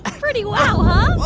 ah pretty wow,